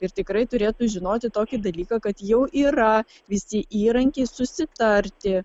ir tikrai turėtų žinoti tokį dalyką kad jau yra visi įrankiai susitarti